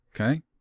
Okay